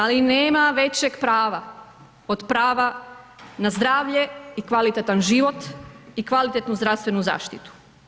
Ali nema većeg prava od prava na zdravlje i kvalitetan život i kvalitetnu zdravstvenu zaštitu.